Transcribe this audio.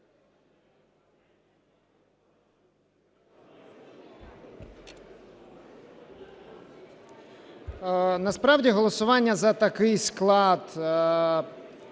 Насправді голосування за такий склад